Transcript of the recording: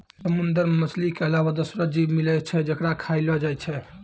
समुंदर मे मछली के अलावा दोसरो जीव मिलै छै जेकरा खयलो जाय छै